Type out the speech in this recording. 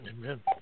Amen